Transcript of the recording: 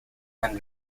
and